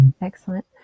Excellent